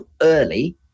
early